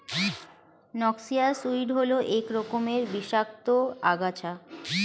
noxious weed হল এক রকমের বিষাক্ত আগাছা